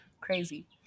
crazy